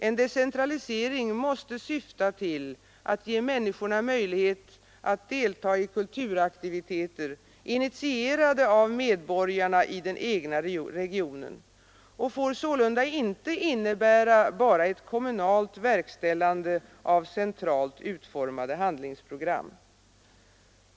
En decentralisering måste syfta till att ge människorna möjlighet att delta i kulturaktiviteter, initierade av medborgarna i den egna regionen, och får sålunda inte innebära bara ett kommunalt verkställande av centralt utformade handlingsprogram.